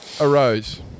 Arose